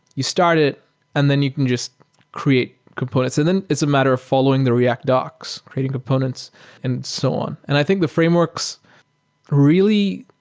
you start is and then you can just create components. and then it's a matter of following the react docs, creating components and so on. and i think the frameworks really